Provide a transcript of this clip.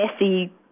messy